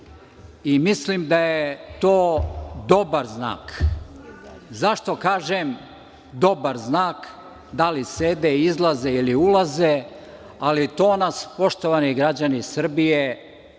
mislim da je to dobar znak. Zašto kažem dobar znak? Da li sede, izlaze ili ulaze, ali to nas, poštovani građani Srbije,